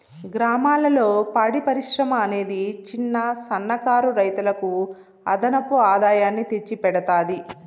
గ్రామాలలో పాడి పరిశ్రమ అనేది చిన్న, సన్న కారు రైతులకు అదనపు ఆదాయాన్ని తెచ్చి పెడతాది